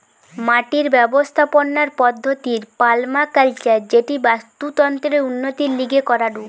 মাটির ব্যবস্থাপনার পদ্ধতির পার্মাকালচার যেটি বাস্তুতন্ত্রের উন্নতির লিগে করাঢু